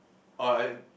oh I